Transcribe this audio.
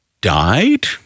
died